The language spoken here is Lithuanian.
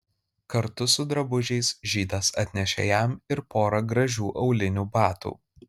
kartu su drabužiais žydas atnešė jam ir porą gražių aulinių batų